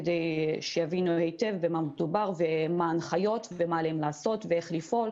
כדי שיבינו היטב במה מדובר ומה ההנחיות ומה עליהן לעשות ואיך לפעול